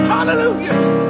Hallelujah